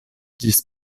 ĝis